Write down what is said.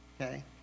okay